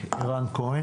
לפני כן